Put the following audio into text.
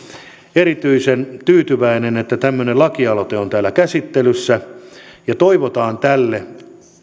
erityisen tyytyväinen että tämmöinen lakialoite on täällä käsittelyssä ja toivotaan tälle